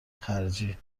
خرجی